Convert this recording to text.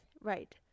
Right